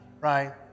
right